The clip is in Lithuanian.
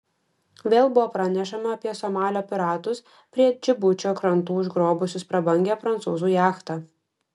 vėl buvo pranešama apie somalio piratus prie džibučio krantų užgrobusius prabangią prancūzų jachtą